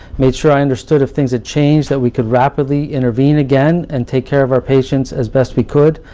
made sure i understood if things had changed that we could rapidly intervene again, and take care of our patients as best we could,